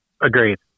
Agreed